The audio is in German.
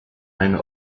eine